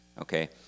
okay